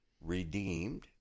Redeemed